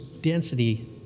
density